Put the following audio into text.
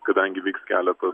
kadangi vyks keleta